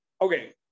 okay